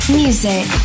music